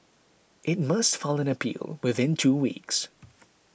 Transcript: it must file an appeal within two weeks